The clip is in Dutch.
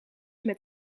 met